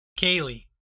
Kaylee